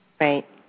Right